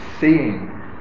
seeing